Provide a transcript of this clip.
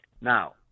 Now